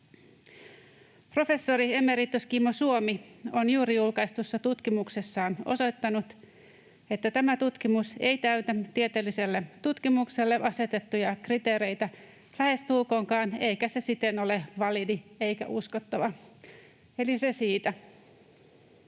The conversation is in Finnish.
Professori emeritus Kimmo Suomi on juuri julkaistussa tutkimuksessaan osoittanut, että tämä tutkimus ei täytä tieteelliselle tutkimukselle asetettuja kriteereitä lähestulkoonkaan eikä se siten ole validi eikä uskottava — eli se siitä.